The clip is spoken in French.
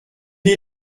est